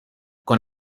con